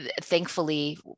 thankfully